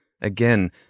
Again